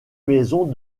maisons